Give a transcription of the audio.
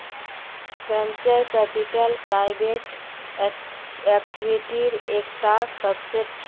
venture capital private इक्विटीर एक टा सबसेट छे